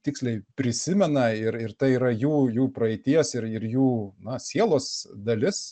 tiksliai prisimena ir ir tai yra jų jų praeities ir ir jų na sielos dalis